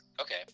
Okay